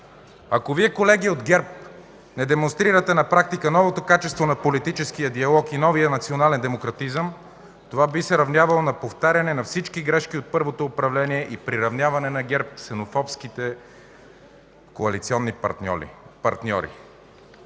Ако Вие, колеги от ГЕРБ, не демонстрирате на практика новото качество на политическия диалог и новия национален демократизъм, това би се равнявало на повтаряне на всички грешки от първото управление и приравняване на ГЕРБ с ксенофобските коалиционни партньори.